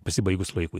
pasibaigus laikui